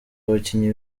abakinnyi